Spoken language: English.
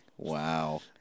Wow